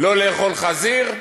לא לאכול חזיר,